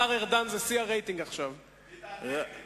הולכים לקבוע הלכות לטווחים כאלה של שנתיים,